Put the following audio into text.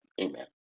amen